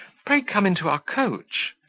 pray come into our coach.